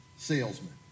salesman